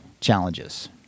challenges